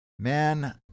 Man